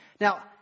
Now